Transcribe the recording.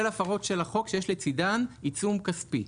הפרות של החוק שיש לצידן עיצום כספי.